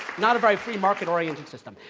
not a very free market-oriented system.